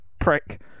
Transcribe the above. prick